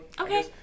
okay